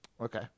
Okay